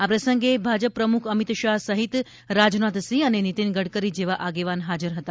આ પ્રસંગે ભાજપ પ્રમુખ અમિત શાહ સહિત રાજનાથસિંહ અને નીતિન ગડકરી જેવા આગેવાન હાજર હતા